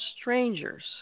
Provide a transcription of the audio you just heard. strangers